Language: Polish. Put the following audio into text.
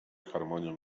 harmonią